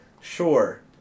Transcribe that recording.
sure